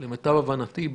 למיטב הבנתי,